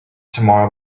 tomorrow